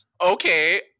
okay